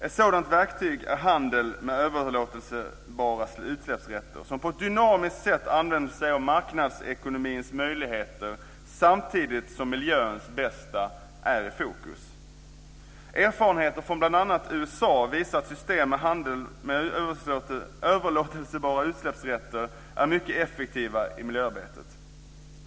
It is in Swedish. Ett sådant verktyg är handel med överlåtelsebara utsläppsrätter, som på ett dynamiskt sätt använder sig av marknadsekonomins möjligheter samtidigt som miljöns bästa är i fokus. Erfarenheter från bl.a. USA visar att system med handel med överlåtelsebara utsläppsrätter är mycket effektiva i miljöarbetet.